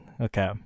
okay